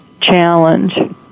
challenge